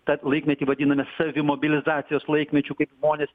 tą laikmetį vadiname savimobilizacijos laikmečiu kaip žmonės